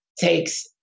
takes